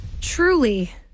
Truly